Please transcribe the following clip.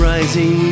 Rising